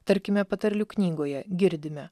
tarkime patarlių knygoje girdime